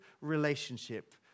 relationship